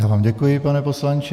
Já vám děkuji, pane poslanče.